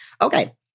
Okay